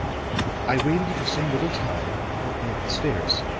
i waited for some little time, part way up the stairs.